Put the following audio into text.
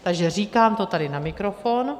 Takže říkám to tady na mikrofon.